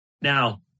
Now